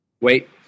Wait